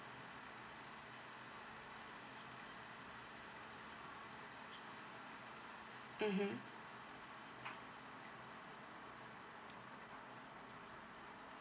mmhmm